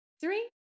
three